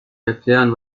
erklären